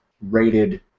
rated